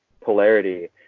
polarity